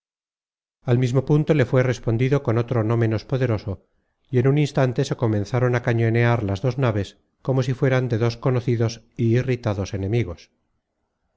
al mismo punto le fué respondido con otro no ménos poderoso y en un instante se comenzaron á cañonear las dos naves como si fueran de dos conocidos y irritados enemigos